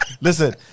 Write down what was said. Listen